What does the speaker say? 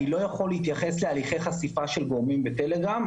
אני לא הולך להתייחס להליכי חשיפה של גורמים בטלגרם,